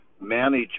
manage